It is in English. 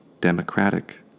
Democratic